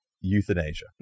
euthanasia